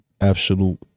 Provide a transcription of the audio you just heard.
absolute